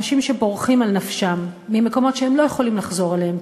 אנשים שבורחים על נפשם ממקומות שהם לא יכולים לחזור אליהם,